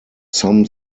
some